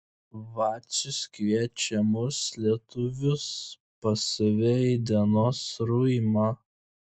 vacius kviečia mus lietuvius pas save į dienos ruimą